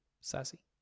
Sassy